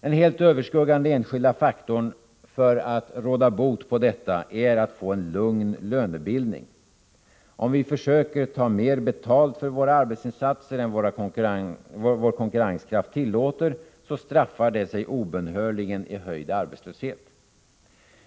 Den helt överskuggande enskilda faktorn när det gäller att råda bot på detta är en lugn lönebildning. Om vi försöker ta mer betalt för våra arbetsinsatser än vår konkurrenskraft tillåter, straffar det sig obönhörligen genom höjd arbetslöshet.